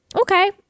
okay